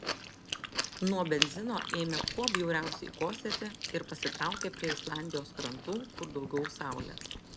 nuo benzino ėmė kuo bjauriausiai kosėti ir pasitraukė prie islandijos krantų kur daugiau saulės